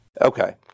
Okay